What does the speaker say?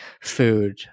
food